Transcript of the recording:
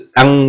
ang